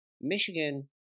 Michigan